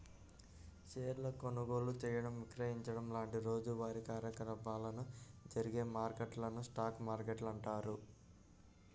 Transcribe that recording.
షేర్ల కొనుగోలు చేయడం, విక్రయించడం లాంటి రోజువారీ కార్యకలాపాలు జరిగే మార్కెట్లను స్టాక్ మార్కెట్లు అంటారు